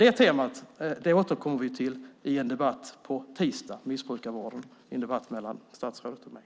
Det temat, missbrukarvården, återkommer vi till i en debatt på tisdag mellan statsrådet och mig.